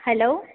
hello